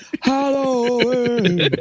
Halloween